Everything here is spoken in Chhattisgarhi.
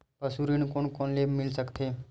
पशु ऋण कोन कोन ल मिल सकथे?